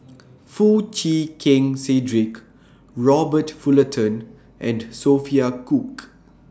Foo Chee Keng Cedric Robert Fullerton and Sophia Cooke